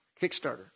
Kickstarter